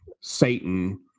Satan